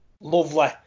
Lovely